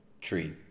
tree